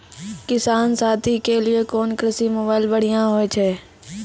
किसान साथी के लिए कोन कृषि मोबाइल बढ़िया होय छै?